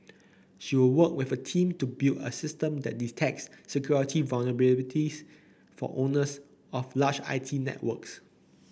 she will work with a team to build a system that detects security vulnerabilities for owners of large I T networks